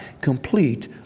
complete